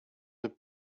the